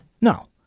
no